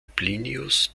plinius